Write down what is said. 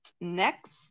next